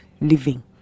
living